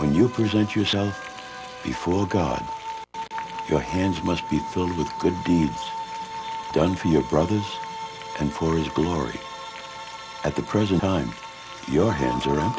when you present yourself before god your hands must be filled with good deeds done for your brothers and for his glory at the present time your hands around